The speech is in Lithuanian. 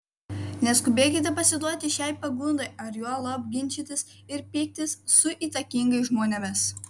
neskubėkite pasiduoti šiai pagundai ar juolab ginčytis ir pyktis su įtakingais žmonėmis